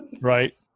right